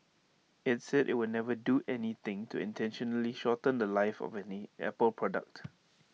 IT said IT would never do anything to intentionally shorten The Life of any Apple product